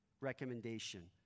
recommendation